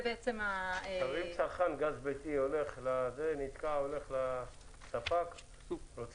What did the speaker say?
אם צרכן גז ביתי נתקע הוא הולך לספק ורוצה